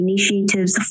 Initiatives